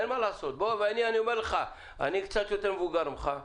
אני קצת יותר מבוגר ממך.